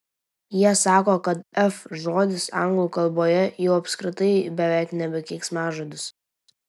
jie sako kad f žodis anglų kalboje jau apskritai beveik nebe keiksmažodis